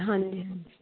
ਹਾਂਜੀ ਹਾਂਜੀ